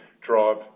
drive